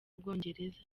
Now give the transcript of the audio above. bwongereza